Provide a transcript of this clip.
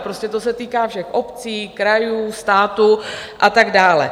Prostě to se týká všech obcí, krajů, státu a tak dále.